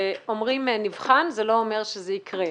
כשאומרים "נבחן" זה לא אומר שזה יקרה.